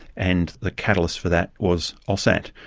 and the catalyst for that was aussat.